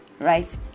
right